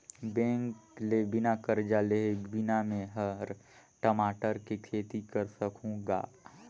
bank ले बिना करजा लेहे बिना में हर टमाटर के खेती करे सकहुँ गा